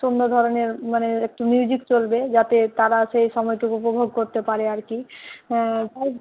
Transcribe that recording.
সুন্দর ধরনের মানে একটু মিউজিক চলবে যাতে তারা সে সময়টুকু উপভোগ করতে পারে আর কি হ্যাঁ তাই